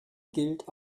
gilt